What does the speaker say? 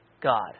God